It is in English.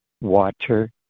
Water